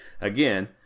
again